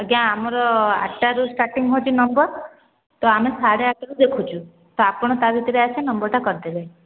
ଆଜ୍ଞା ଆମର ଆଠଟାରୁ ଷ୍ଟାର୍ଟିଙ୍ଗ ହେଉଛି ନମ୍ବର ତ ଆମେ ସାଢ଼େ ଆଠରୁ ଦେଖୁଛୁ ତ ଆପଣ ତା' ଭିତରେ ଆସି ନମ୍ବରଟା କରିଦେବେ